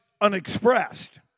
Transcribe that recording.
unexpressed